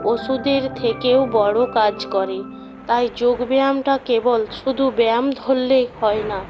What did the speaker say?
ওষুদের থেকেও বড়ো কাজ করে তাই যোগব্যায়ামটা কেবল শুধু ব্যায়াম ধরলেই হয় না